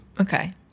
okay